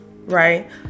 right